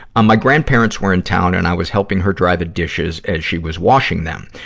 um my grandparents were in town, and i was helping her dry the dishes as she was washing them.